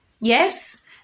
yes